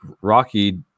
Rocky